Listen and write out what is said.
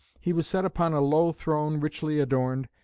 he was set upon a low throne richly adorned,